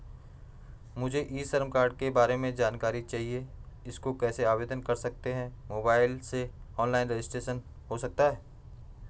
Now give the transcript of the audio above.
मुझे e Shram card के बारे में जानकारी चाहिए इसको कैसे आवेदन कर सकते हैं मोबाइल से ऑनलाइन रजिस्ट्रेशन हो सकता है?